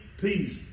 peace